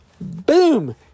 Boom